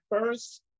first